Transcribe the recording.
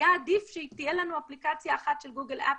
היה עדיף שתהיה לנו אפליקציה אחת של גוגל-אפל,